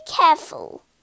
careful